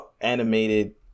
animated